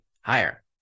higher